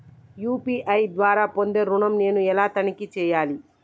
UPI ద్వారా పొందే ఋణం నేను ఎలా తనిఖీ చేయాలి?